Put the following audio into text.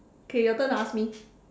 okay your turn to ask me